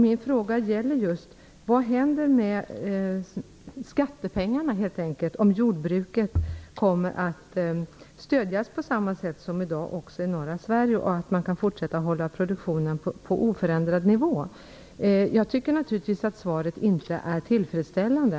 Min fråga är: Vad händer med skattepengarna om jordbruket kommer att stödas på samma sätt som i dag också i norra Sverige och man där kan fortsätta att hålla produktionen på oförändrad nivå? Jag tycker naturligtvis att jordbruksministerns svar inte är tillfredsställande.